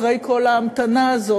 אחרי כל ההמתנה הזאת,